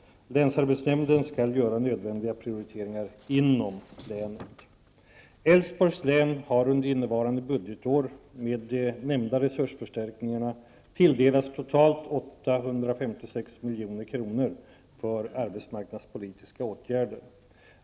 Länsarbetsnämnden skall göra nödvändiga prioriteringar inom länet. Älvsborgs län har under innevarande budgetår, med de nämnda resursförstärkningarna, tilldelats totalt 856 milj.kr. för arbetsmarknadspolitiska åtgärder.